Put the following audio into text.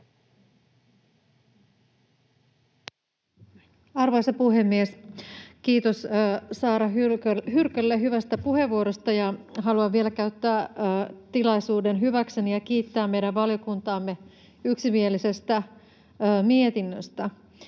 Arvoisa puhemies! Kiitos Saara Hyrkölle hyvästä puheenvuorosta. Haluan vielä käyttää tilaisuuden hyväkseni ja kiittää meidän valiokuntaamme yksimielisestä mietinnöstä.